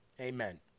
Amen